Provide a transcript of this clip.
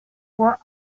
were